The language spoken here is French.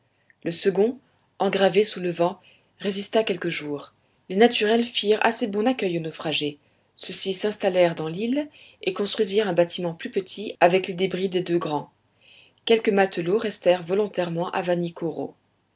le second engravé sous le vent résista quelques jours les naturels firent assez bon accueil aux naufragés ceux-ci s'installèrent dans l'île et construisirent un bâtiment plus petit avec les débris des deux grands quelques matelots restèrent volontairement à